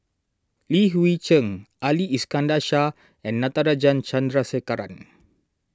Li Hui Cheng Ali Iskandar Shah and Natarajan Chandrasekaran